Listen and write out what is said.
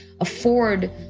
afford